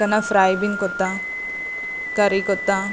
can फ्राय बीन करता करी करतां